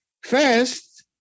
First